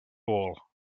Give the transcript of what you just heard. all